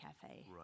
Cafe